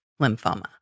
lymphoma